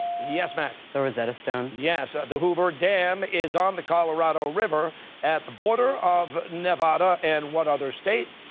yes, max? the rosetta stone. costa yes. ah the hoover dam is on the colorado river at the border of nevada and what other state?